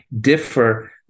differ